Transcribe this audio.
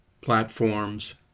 platforms